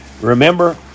remember